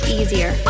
easier